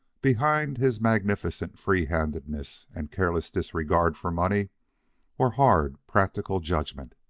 behind his magnificent free-handedness and careless disregard for money were hard, practical judgment,